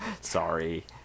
Sorry